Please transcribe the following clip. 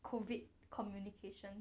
COVID communications